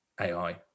ai